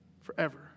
forever